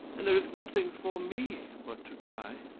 and there is nothing for me but to die.